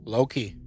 Loki